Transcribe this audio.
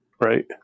Right